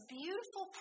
beautiful